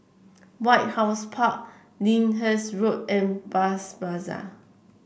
White House Park Lyndhurst Road and Bras Basah